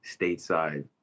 stateside